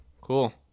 cool